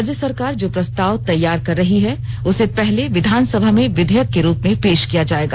राज्य सरकार जो प्रस्ताव तैयार कर रही है उसे पहले विधानसभा में विधेयक के रूप में पेश किया जाएगा